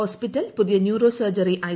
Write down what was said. hospital പുതിയ neuro surgery I